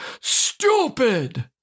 Stupid